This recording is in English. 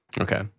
Okay